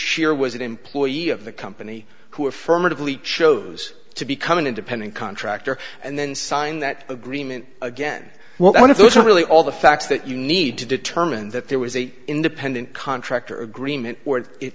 sheer was an employee of the company who affirmatively chose to become an independent contractor and then sign that agreement again one of those are really all the facts that you need to determine that there was a independent contractor agreement or at